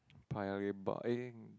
Paya Lebar eh